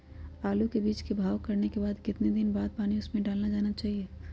आलू के बीज के भाव करने के बाद कितने दिन बाद हमें उसने पानी डाला चाहिए?